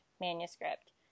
manuscript